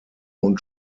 und